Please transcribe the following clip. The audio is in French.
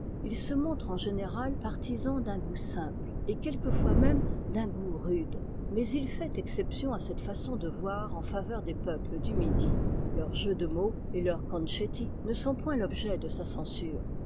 it se montre en général partisan d'un goût simple et quelquefois même d'un goût rude mais il fait exception à cette façon de voir en faveur des peuples du midi leurs jeux de mots et leurs cokcem ne sont point l'objet de sa censure